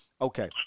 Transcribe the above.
okay